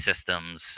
systems